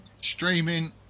Streaming